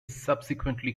subsequently